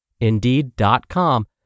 Indeed.com